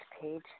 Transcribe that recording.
page